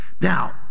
Now